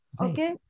Okay